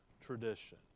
tradition